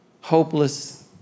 hopeless